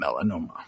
melanoma